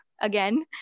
again